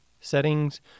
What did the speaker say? settings